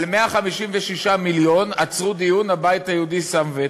על 156 מיליון, עצרו דיון, הבית היהודי שם וטו.